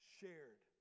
shared